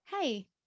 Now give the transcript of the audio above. hey